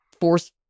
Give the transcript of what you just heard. force